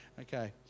Okay